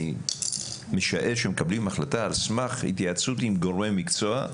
אני משער שמקבלים החלטה על סמך התייעצות עם גורם מקצוע,